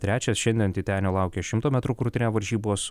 trečias šiandien titenio laukia šimto metrų krūtine varžybos